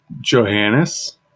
Johannes